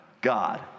god